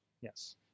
Yes